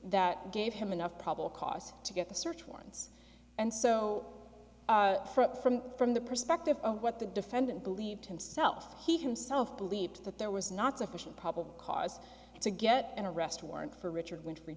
that gave him enough probable cause to get the search warrants and so from from the perspective of what the defendant believed himself he himself believed that there was not sufficient probable cause to get an arrest warrant for richard win